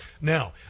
Now